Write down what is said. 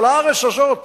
אבל הארץ הזאת